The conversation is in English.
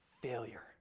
failure